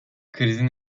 krizin